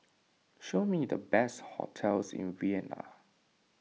show me the best hotels in Vienna